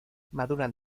maduran